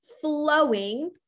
flowing